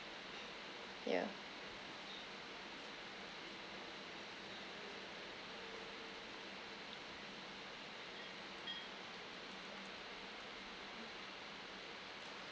yeah